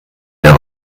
der